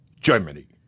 Germany